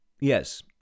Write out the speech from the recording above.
Yes